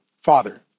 Father